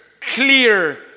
clear